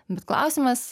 bet klausimas